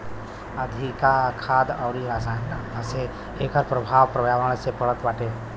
अधिका खाद अउरी रसायन डालला से एकर प्रभाव पर्यावरण पे पड़त बाटे